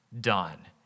done